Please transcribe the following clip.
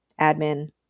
admin